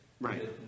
Right